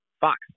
Fox